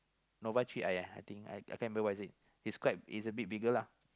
Nova three aiya ah ya I think I can't remember what is it it's quite it's a bit bigger lah